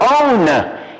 own